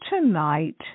tonight